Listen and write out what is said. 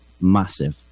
Massive